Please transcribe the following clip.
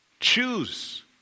choose